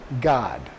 God